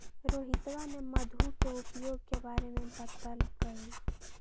रोहितवा ने मधु के उपयोग के बारे में बतल कई